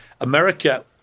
America